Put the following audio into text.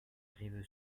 rive